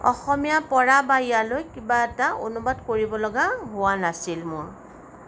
অসমীয়া পৰা বা ইয়ালৈ কিবা এটা অনুবাদ কৰিবলগীয়া হোৱা নাছিল মোৰ